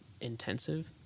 intensive